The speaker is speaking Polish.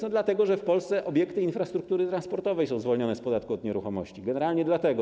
Ano dlatego, że w Polsce obiekty infrastruktury transportowej są zwolnione z podatku od nieruchomości, generalnie dlatego.